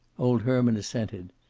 old herman assented.